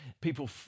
people